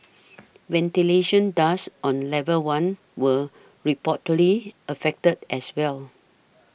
ventilation ducts on level one were reportedly affected as well